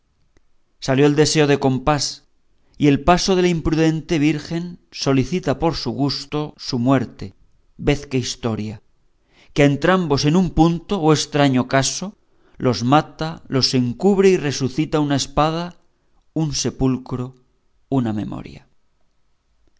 salió el deseo de compás y el paso de la imprudente virgen solicita por su gusto su muerte ved qué historia que a entrambos en un punto oh estraño caso los mata los encubre y resucita una espada un sepulcro una memoria